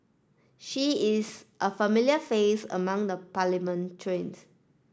she is a familiar face among the parliamentarians